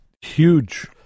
huge